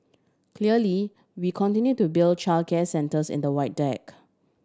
clearly we continue to build childcare centres in the Void Deck